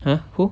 !huh! who